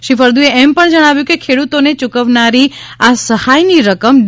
શ્રી ફળદુએ એમ પણ જણાવ્યું કે ખેડૂતોને યૂકવાનારી આ સહાયની રકમ ડી